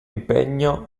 impegno